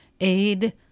Aid